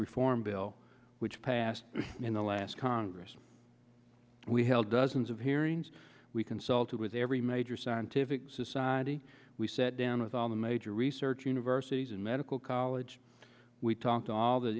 reform bill which passed in the last congress we held dozens of hearings we consulted with every major scientific society we sat down with all the major research universities in medical college we talked all the